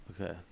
Okay